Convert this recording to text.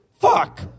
fuck